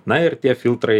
na ir tie filtrai